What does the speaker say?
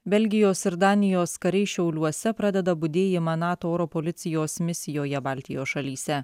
belgijos ir danijos kariai šiauliuose pradeda budėjimą nato oro policijos misijoje baltijos šalyse